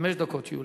חמש דקות, יוליה.